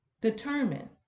determine